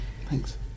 Thanks